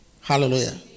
Hallelujah